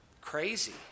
crazy